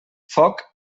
foc